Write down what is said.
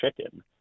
chicken